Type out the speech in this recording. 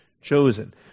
chosen